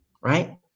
Right